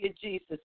Jesus